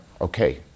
okay